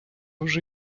вже